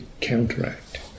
counteract